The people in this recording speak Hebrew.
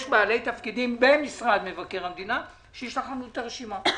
יש בעלי תפקידים במשרד מבקר המדינה ושישלח לנו את הרשימה.